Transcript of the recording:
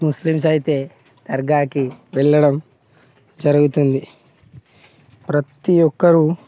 Muslims అయితే దర్గాకి వెళ్లడం జరుగుతుంది ప్రతి ఒక్కరూ